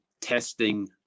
testing